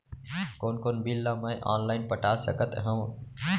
कोन कोन बिल ला मैं ऑनलाइन पटा सकत हव?